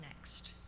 next